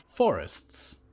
Forests